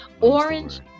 orange